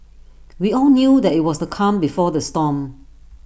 we all knew that IT was the calm before the storm